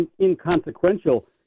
inconsequential